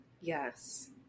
Yes